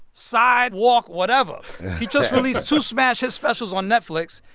sidewalk, whatever he just released two smash-hit specials on netflix,